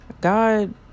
God